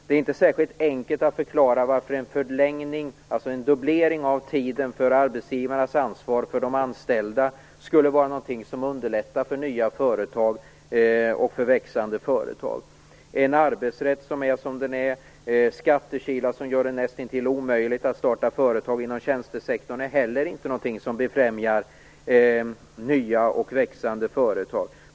Det är inte särskilt enkelt att förklara varför en förlängning, faktiskt en dubblering, av tiden för arbetsgivarnas ansvar för de anställda skulle vara någonting som underlättar för nya och växande företag. En arbetsrätt som är som den är och skattekilar som gör det nästintill omöjligt att starta företag inom tjänstesektorn är heller inte någonting som främjar nya och växande företag.